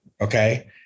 okay